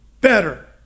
better